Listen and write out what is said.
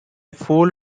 full